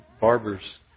barbers